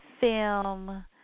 film